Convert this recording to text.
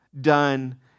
done